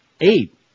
Eight